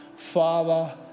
Father